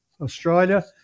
Australia